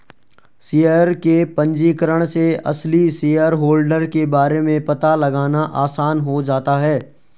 share के पंजीकरण से असली शेयरहोल्डर के बारे में पता लगाना आसान हो जाता है